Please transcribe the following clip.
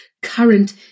current